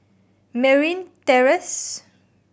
Merryn Terrace